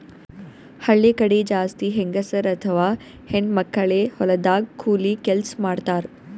ಹಳ್ಳಿ ಕಡಿ ಜಾಸ್ತಿ ಹೆಂಗಸರ್ ಅಥವಾ ಹೆಣ್ಣ್ ಮಕ್ಕಳೇ ಹೊಲದಾಗ್ ಕೂಲಿ ಕೆಲ್ಸ್ ಮಾಡ್ತಾರ್